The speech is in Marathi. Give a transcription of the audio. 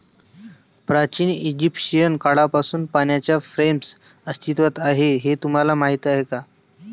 प्राचीन इजिप्शियन काळापासून पाण्याच्या फ्रेम्स अस्तित्वात आहेत हे तुम्हाला माहीत आहे का?